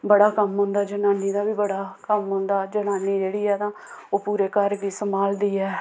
बड़ा कम्म होंदा जनानी दा बी बड़ा कम्म होंदा जनानी जेह्ड़ी ऐ तां ओह् पूरे घर गी सम्हालदी ऐ